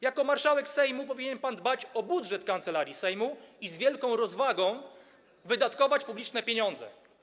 Jako marszałek Sejmu powinien pan dbać o budżet Kancelarii Sejmu i z wielką rozwagą wydatkować publiczne pieniądze.